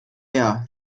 her